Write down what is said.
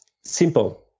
simple